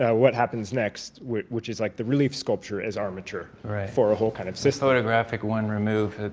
yeah what happens next which which is like the relief sculpture as armature for a whole kind of system. photographic one remove,